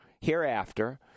hereafter